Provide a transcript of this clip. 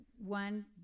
one